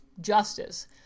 justice